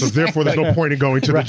therefore there's no point in going to